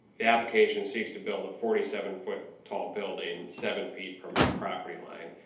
the application seeks to build a forty seven foot tall building seven feet from his property line.